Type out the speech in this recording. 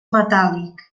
metàl·lic